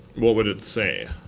what would it say?